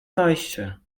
zajście